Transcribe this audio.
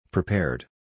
Prepared